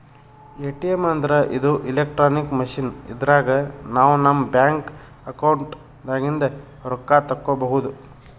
ATM ಅಂದ್ರ ಇದು electronic machine ಇದ್ರಾಗ್ ನಾವ್ ನಮ್ ಬ್ಯಾಂಕ್ ಅಕೌಂಟ್ ದಾಗಿಂದ್ ರೊಕ್ಕ ತಕ್ಕೋಬಹುದ್